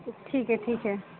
ٹھیک ہے ٹھیک ہے